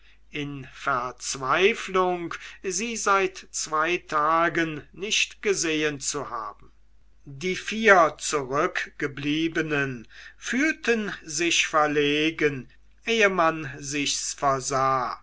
in verzweiflung sie seit zwei tagen nicht gesehen zu haben die vier zurückgebliebenen fühlten sich verlegen ehe man sich's versah